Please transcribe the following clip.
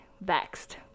vexed